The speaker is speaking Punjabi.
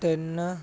ਤਿੰਨ